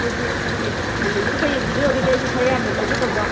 ꯑꯗꯨꯁꯨ ꯍꯣꯏꯅꯦ ꯃꯃꯟꯗꯨꯅ ꯈꯔ ꯌꯦꯡꯕꯤꯗꯧ ꯑꯣꯏꯔꯒꯗꯤ ꯑꯩꯁꯨ ꯈꯔ ꯌꯥꯝꯅ ꯂꯧꯒꯦ ꯇꯧꯕ